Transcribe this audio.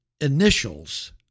initials